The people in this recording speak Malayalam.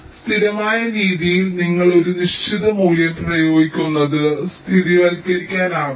അതിനാൽ സ്ഥിരമായ രീതിയിൽ നിങ്ങൾ ഒരു നിശ്ചിത മൂല്യം പ്രയോഗിക്കുന്നത് സ്ഥിതിവിവരക്കണക്കല്ല